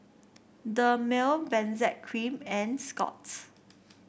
Dermale Benzac Cream and Scott's